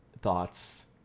thoughts